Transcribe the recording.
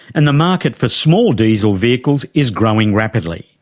and the market for small diesel vehicles is growing rapidly.